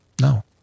No